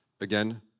again